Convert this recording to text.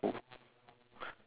oh K mine